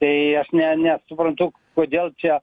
tai aš ne nesuprantu kodėl čia